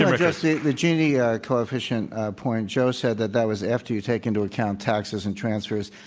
and the gini ah coefficient point. joe said that that was after you take into account taxes and transfers.